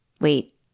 Wait